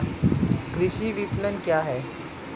कृषि विपणन क्या है?